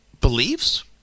beliefs